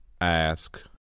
Ask